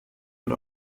und